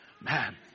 Man